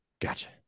gotcha